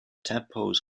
tadpoles